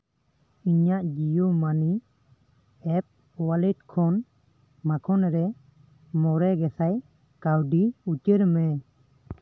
ᱤᱧᱟᱜ Jio money app wallet ᱠᱷᱚᱱ ᱢᱟᱠᱷᱚᱱᱨᱮ ᱢᱚᱬᱮ ᱜᱮᱥᱟᱭ ᱠᱟᱹᱣᱰᱤ ᱩᱪᱟᱹᱲ ᱢᱮ